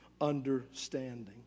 understanding